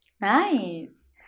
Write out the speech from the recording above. Nice